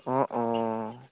অঁ অঁ